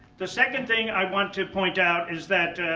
the second thing i want to point out is that,